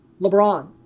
LeBron